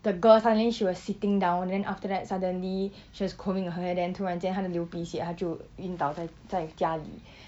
the girl suddenly she was sitting down then after that suddenly she was combing her hair then 突然间她就流鼻血她就晕倒在在家里